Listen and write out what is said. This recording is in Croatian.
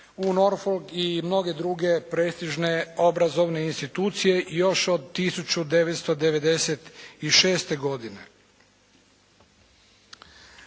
UNORFOG i mnoge druge prestižne obrazovne institucije još od 1996. godine.